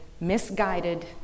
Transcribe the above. misguided